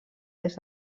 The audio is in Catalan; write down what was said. des